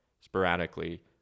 sporadically